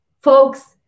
folks